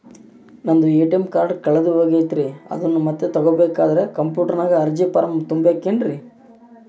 ನಂದು ATM card ಕಳೆದು ಹೋಗೈತ್ರಿ ಅದನ್ನು ಮತ್ತೆ ತಗೋಬೇಕಾದರೆ ಕಂಪ್ಯೂಟರ್ ನಾಗ ಅರ್ಜಿ ಫಾರಂ ತುಂಬಬೇಕನ್ರಿ?